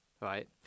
Right